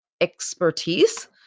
expertise